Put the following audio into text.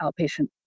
outpatient